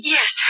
Yes